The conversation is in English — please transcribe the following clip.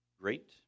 great